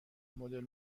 مدل